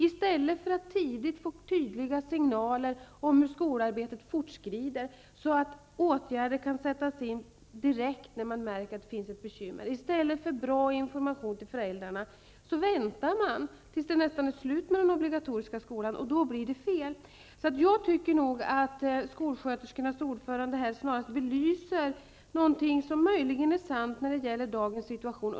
I stället för att tidigt få tydliga signaler om hur skolarbetet fortskrider, så att åtgärder kan sättas in direkt när man märker att det har uppstått bekymmer och i stället för att ge föräldrarna en bra information väntar man tills den obligatoriska skolgången nästan är slut. Då blir det fel. Jag tycker att skolsköterskornas ordförande snarast belyser någonting som möjligen är sant när det gäller dagens situation.